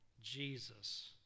Jesus